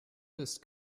ist